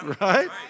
right